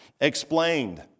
explained